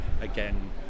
again